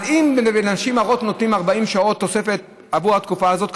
אז אם לנשים הרות נותנים 40 שעות תוספת עבור התקופה הזאת,